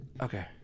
Okay